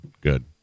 good